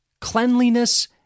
Cleanliness